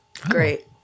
Great